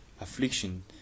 affliction